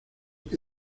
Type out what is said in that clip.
que